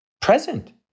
present